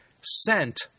sent